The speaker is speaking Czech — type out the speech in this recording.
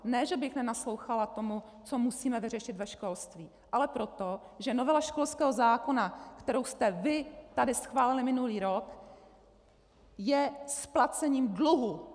Ne že bych nenaslouchala tomu, co musíme vyřešit ve školství, ale proto, že novela školského zákona, kterou jste vy tady schválili minulý rok, je splacením dluhu.